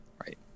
Right